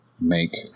make